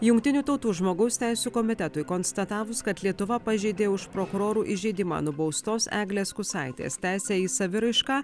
jungtinių tautų žmogaus teisių komitetui konstatavus kad lietuva pažeidė už prokurorų įžeidimą nubaustos eglės kusaitės teisę į saviraišką